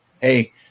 hey